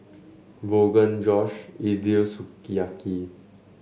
Rogan Josh Idili Sukiyaki